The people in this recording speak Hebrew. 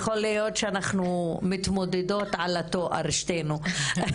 יכול להיות שאנחנו מתמודדות על התואר שתינו,